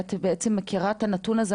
ואת בעצם מכירה את הנתון הזה.